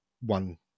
one